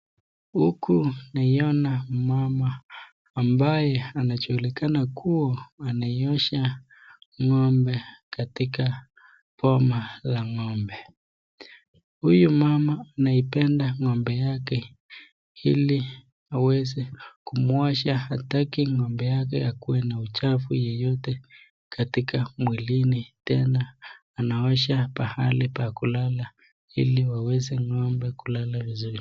Huku naiona mama ambaye anajulikana kuwa anaiosha ngombe katika boma la ngombe. Huyu mama anaipenda ngombe yake ili aweze kumwosha, hataki ngombe yake akuwe na uchafu yeyote katika mwilini, tena anaosha pahali pa kulala ili waweze ngombe kulala vizuri.